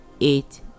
eight